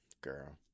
girl